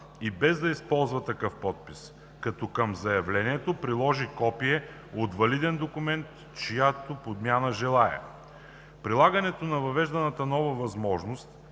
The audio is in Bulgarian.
и без да използва такъв подпис, като към заявлението приложи копие от валиден документ, чиято подмяна желае. Прилагането на въвежданата нова възможност